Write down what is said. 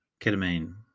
Ketamine